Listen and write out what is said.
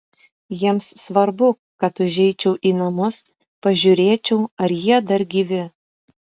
jiems svarbu kad užeičiau į namus pažiūrėčiau ar jie dar gyvi